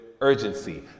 urgency